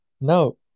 No